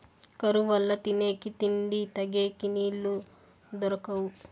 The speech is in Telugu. కరువు వల్ల తినేకి తిండి, తగేకి నీళ్ళు దొరకవు